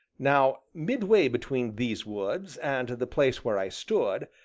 now, midway between these woods and the place where i stood,